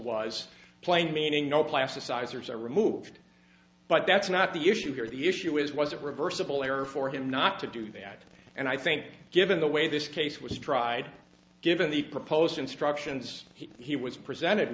was plain meaning no plasticizers are removed but that's not the issue here the issue is was it reversible error for him not to do that and i think given the way this case was tried given the proposed instructions he was presented